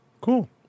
Cool